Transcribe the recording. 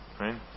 Right